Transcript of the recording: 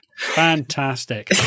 Fantastic